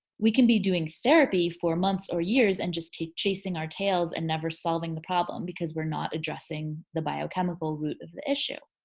we can be doing therapy for months or years and just keep chasing our tails and never solving the problem because we're not addressing the biochemical root of the issue.